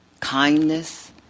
kindness